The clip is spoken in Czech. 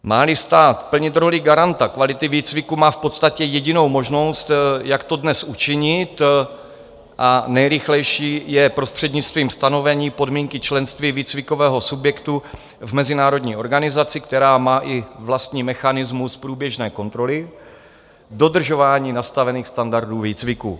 Máli stát plnit roli garanta kvality výcviku, má v podstatě jedinou možnost, jak to dnes učinit, a nejrychlejší je prostřednictvím stanovení podmínky členství výcvikového subjektu v mezinárodní organizaci, která má i vlastní mechanismus průběžné kontroly dodržování nastavených standardů výcviku.